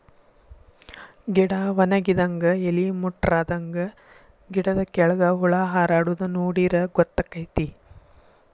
ಗಿಡಾ ವನಗಿದಂಗ ಎಲಿ ಮುಟ್ರಾದಂಗ ಗಿಡದ ಕೆಳ್ಗ ಹುಳಾ ಹಾರಾಡುದ ನೋಡಿರ ಗೊತ್ತಕೈತಿ